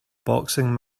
boxing